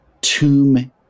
Tomb